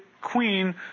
queen